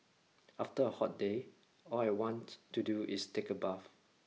after a hot day all I want to do is take a bath